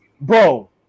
bro